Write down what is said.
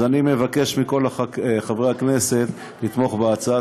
אז אני מבקש מכל חברי הכנסת לתמוך בהצעה.